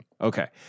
Okay